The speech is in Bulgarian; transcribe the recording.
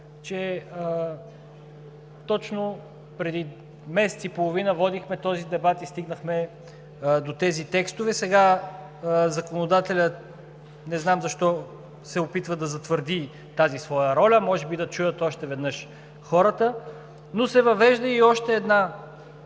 че точно преди месец и половина водихме този дебат и стигнахме до тези текстове. Сега законодателят не знам защо се опитва да затвърди тази своя роля, може би, за да чуят още веднъж хората, но се въвежда и още една